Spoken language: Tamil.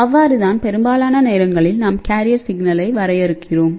அவ்வாறு தான் பெரும்பாலான நேரங்களில் நாம் கேரியர் சிக்னலை வரையறுக்கிறோம்